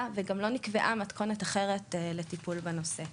וגם לא נקבעה מתכונת אחרת לטיפול בנושא.